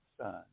Son